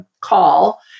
call